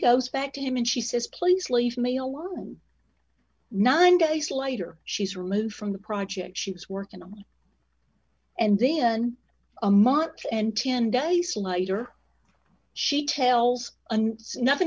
goes back to him and she says please leave me alone nine days later she's removed from the project she's working on and then a month and ten days later she tells and nothing